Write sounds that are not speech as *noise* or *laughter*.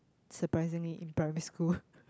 surprisingly in primary school *laughs*